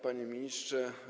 Panie Ministrze!